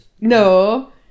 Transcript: No